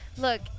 Look